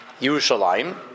Yerushalayim